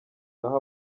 naho